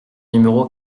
numéro